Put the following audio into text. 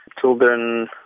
Children